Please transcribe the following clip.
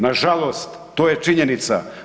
Nažalost to je činjenica.